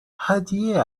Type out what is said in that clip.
هدیه